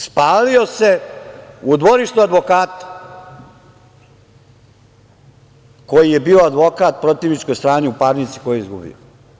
Spalio se u dvorištu advokata koji je bio advokat protivničkoj strani u parnici koju je izgubio.